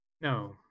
No